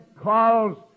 calls